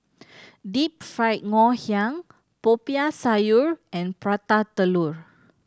Deep Fried Ngoh Hiang Popiah Sayur and Prata Telur